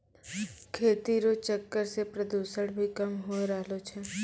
खेती रो चक्कर से प्रदूषण भी कम होय रहलो छै